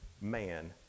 man